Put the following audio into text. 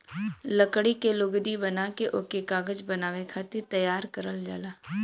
लकड़ी के लुगदी बना के ओके कागज बनावे खातिर तैयार करल जाला